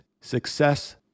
success